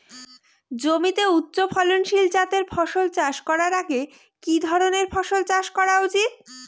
জমিতে উচ্চফলনশীল জাতের ফসল চাষ করার আগে কি ধরণের ফসল চাষ করা উচিৎ?